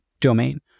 domain